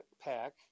pack